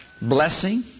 Blessing